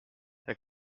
der